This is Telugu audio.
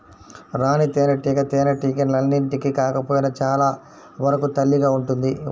రాణి తేనెటీగ తేనెటీగలన్నింటికి కాకపోయినా చాలా వరకు తల్లిగా ఉంటుంది